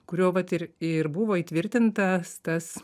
kuriuo vat ir ir buvo įtvirtintas tas